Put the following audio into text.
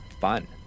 fun